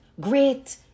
great